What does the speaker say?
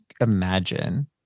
imagine